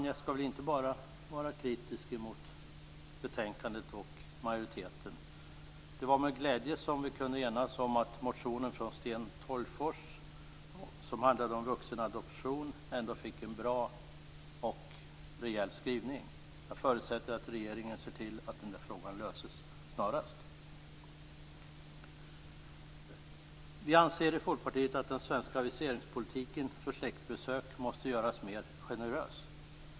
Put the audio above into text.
Jag skall inte bara vara kritiskt mot betänkandet och majoriteten. Det var med glädje som vi kunde enas om att motionen från Sten Tolgfors som handlar om vuxenadoption ändå fick en bra och rejäl skrivning. Jag förutsätter att regeringen ser till att den frågan löses snarast. Vi i Folkpartiet anser att den svenska viseringspolitiken för släktbesök måste göras mer generös.